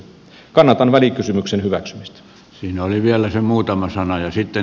kannatan välikysymyksen hyväksymistä tino oli vielä sen muutaman sanan ja sitten